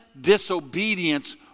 disobedience